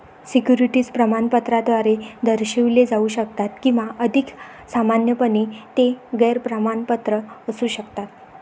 securities प्रमाणपत्राद्वारे दर्शविले जाऊ शकतात किंवा अधिक सामान्यपणे, ते गैर प्रमाणपत्र असू शकतात